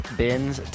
bins